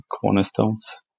cornerstones